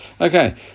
Okay